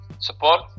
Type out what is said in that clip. Support